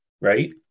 Right